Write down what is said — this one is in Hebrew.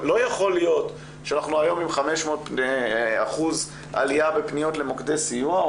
לא יכול להיות שאנחנו היום עם 500% אחוז עלייה בפניות למוקדי סיוע,